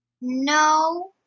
No